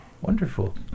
Wonderful